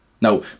Now